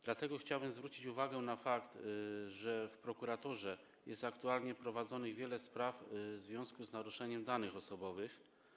Dlatego chciałbym zwrócić uwagę na fakt, że w prokuraturze jest aktualnie prowadzonych wiele spraw w związku z naruszeniem ochrony danych osobowych.